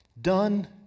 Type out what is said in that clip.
done